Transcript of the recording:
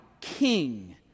King